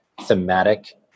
thematic